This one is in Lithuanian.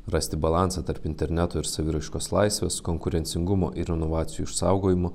rasti balansą tarp interneto ir saviraiškos laisvės konkurencingumo ir inovacijų išsaugojimo